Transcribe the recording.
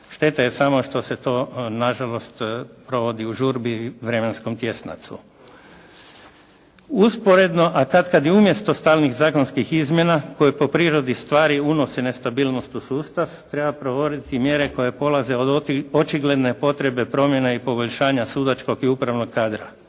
Šteta je samo što se to nažalost provodi u žurbi i vremenskom tjesnacu. Usporedno a katkad i umjesto stalnih zakonskih izmjena koje po prirodi stvari unose nestabilnost u sustav treba provoditi mjere koje polaze od očigledne potrebe promjena i poboljšanja sudačkog i upravnog kadra.